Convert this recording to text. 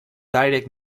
direct